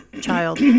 child